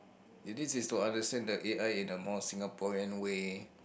it is is to understand the A_I in a more Singaporean way